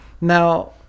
Now